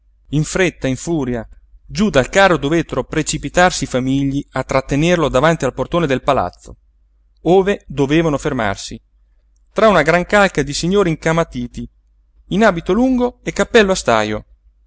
in fretta in furia giú dal carro dovettero precipitarsi i famigli a trattenerlo davanti al portone del palazzo ove dovevano fermarsi tra una gran calca di signori incamatiti in abito lungo e cappello a stajo